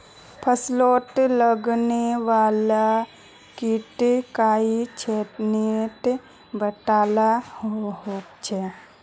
फस्लोत लगने वाला कीट कई श्रेनित बताल होछे